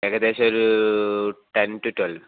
ഏകദേശം ഒരു ten to twelve